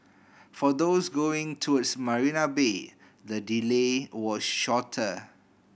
for those going towards Marina Bay the delay was shorter